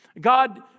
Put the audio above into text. God